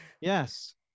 Yes